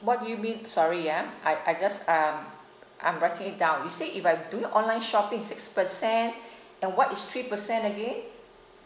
what do you mean sorry ah I I just um I'm writing it down you say if I do it online shopping six percent and what is three percent again